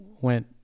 went